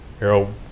Arrow